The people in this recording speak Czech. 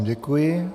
Děkuji.